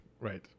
Right